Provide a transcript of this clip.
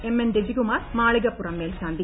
M N Rajikumar Malikappuram മേൽശാന്തി